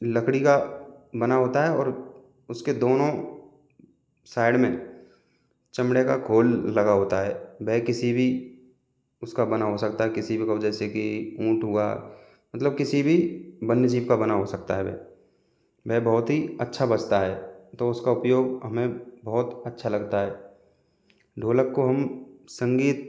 लकड़ी का बना होता है और उसके दोनों साइड में चमड़े का खोल लगा होता है वह किसी भी उसका बना हो सकता है किसी भी हो जैसे की किसी भी ऊँट हुआ मतलब किसी भी वन्य जीव का बना हो सकता है वह बहुत ही अच्छा बजता है तो उसका उपयोग हमें बहुत अच्छा लगता है ढोलक को हम संगीत